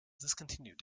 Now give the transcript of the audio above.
discontinued